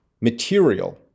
material